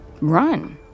Run